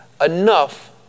enough